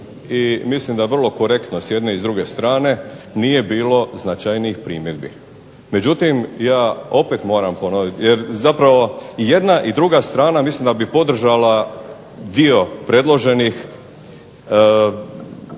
i mislim da korektno s jedne i s druge strane nije bilo značajnijih primjedbi. Međutim, ja opet moram ponoviti, jer zapravo i jedna i druga strana mislim da bi podržala dio predloženih članova